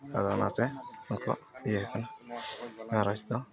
ᱟᱫᱚ ᱚᱱᱟᱛᱮ ᱱᱚᱝᱠᱟ ᱤᱭᱟᱹ ᱟᱠᱟᱱᱟ ᱜᱷᱟᱨᱚᱸᱡᱽ ᱫᱚ